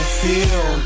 feel